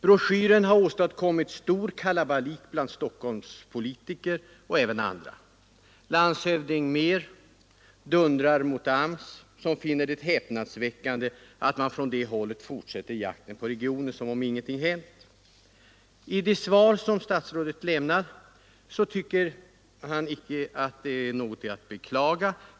Broschyren har åstadkommit stor kalabalik bland Stockholmspolitiker och även bland andra. Landshövding Mehr dundrar mot AMS och finner det häpnadsväckande att man från det hållet fortsätter jakten på regionen som om ingenting hade hänt. Enligt det svar som statsrådet givit mig tycker statsrådet inte att detta är något att beklaga.